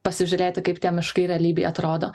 pasižiūrėti kaip tie miškai realybėj atrodo